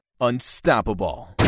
unstoppable